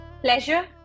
pleasure